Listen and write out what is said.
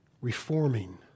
reforming